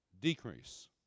decrease